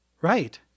Right